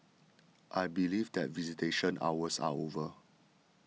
I believe that visitation hours are over